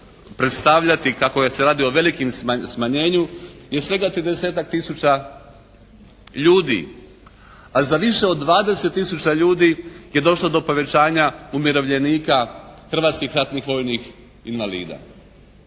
predstavljati kako se radi o velikim smanjenju je svega 30.-tak tisuća ljudi. A za više od 20 tisuća ljudi je došlo do povećanja umirovljenika hrvatskih ratnih vojnih invalida.